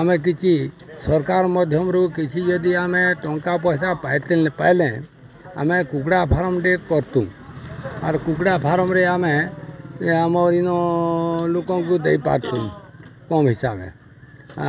ଆମେ କିଛି ସର୍କାର୍ ମଧ୍ୟମରୁ କିଛି ଯଦି ଆମେ ଟଙ୍କା ପଏସା ପାଇ ପାଇଲେ ଆମେ କୁକୁଡ଼ା ଫାର୍ମ୍ଟେ କର୍ତୁ ଆର୍ କୁକୁଡ଼ା ଫାର୍ମ୍ରେ ଆମେ ଆମର୍ ଇନ ଲୋକଙ୍କୁ ଦେଇ ପାରତୁ କମ୍ ହିସାବେ